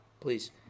Please